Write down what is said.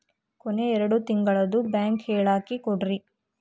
ಕೊನೆ ಎರಡು ತಿಂಗಳದು ಬ್ಯಾಂಕ್ ಹೇಳಕಿ ಕೊಡ್ರಿ